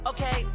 Okay